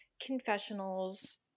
confessionals